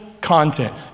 content